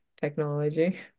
technology